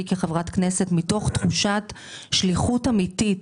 כחברת כנסת מתוך תחושת שליחות אמיתית.